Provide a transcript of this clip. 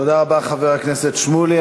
תודה רבה, חבר הכנסת שמולי.